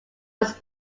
was